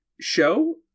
show